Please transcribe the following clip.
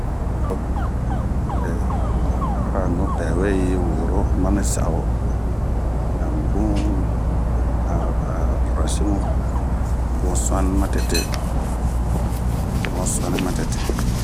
oh a bara nupɛ we yi woro ma mi sa'o abun we urasi bun suani matete